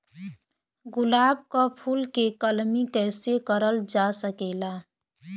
गुलाब क फूल के कलमी कैसे करल जा सकेला?